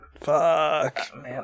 Fuck